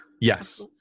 Yes